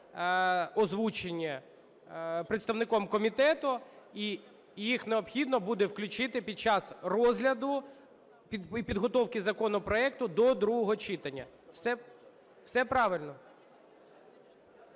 озвучені представником комітету, і їх необхідно буде включити під час розгляду і підготовки законопроекту до другого читання. Все правильно.